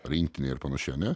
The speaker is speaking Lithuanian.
rinktinėj ir panašiai ane